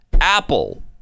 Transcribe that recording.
Apple